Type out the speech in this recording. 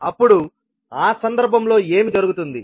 అప్పుడు ఆ సందర్భంలో ఏమి జరుగుతుంది